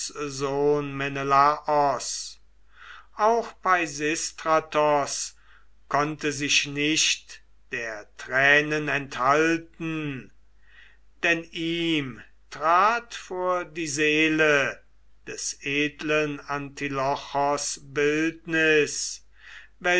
sohn menelaos auch peisistratos konnte sich nicht der tränen enthalten denn ihm trat vor die seele des edlen antilochos bildnis